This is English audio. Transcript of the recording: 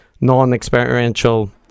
non-experiential